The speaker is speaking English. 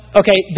okay